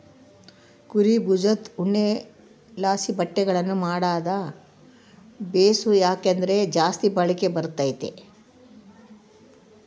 ಕುರೀ ಬುಜದ್ ಉಣ್ಣೆಲಾಸಿ ಬಟ್ಟೆಗುಳ್ನ ಮಾಡಾದು ಬೇಸು, ಯಾಕಂದ್ರ ಜಾಸ್ತಿ ಬಾಳಿಕೆ ಬರ್ತತೆ